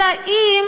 אלא אם